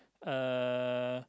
uh